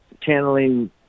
Channeling